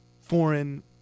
foreign